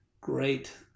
great